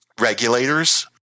regulators